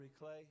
clay